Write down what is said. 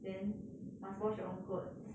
then must wash your own clothes